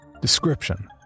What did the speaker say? Description